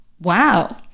wow